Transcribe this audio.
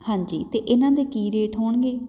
ਹਾਂਜੀ ਅਤੇ ਇਹਨਾਂ ਦੇ ਕੀ ਰੇਟ ਹੋਣਗੇ